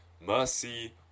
Mercy